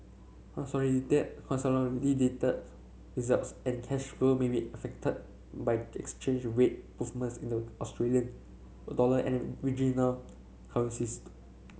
consolidate consolidated results and cash flow may be affected by the exchange rate movements in the Australian dollar and regional